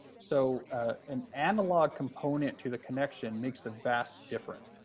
so an analog component to the connection makes a vast difference.